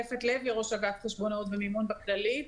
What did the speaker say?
ראש אגף חשבונאות ומימון בכללית.